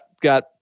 got